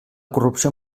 corrupció